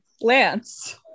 Lance